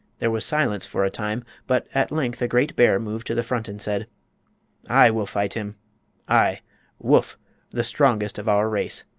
there was silence for a time, but at length a great bear moved to the front and said i will fight him i woof the strongest of our race!